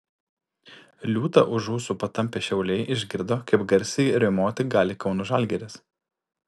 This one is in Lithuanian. liūtą už ūsų patampę šiauliai išgirdo kaip garsiai riaumoti gali kauno žalgiris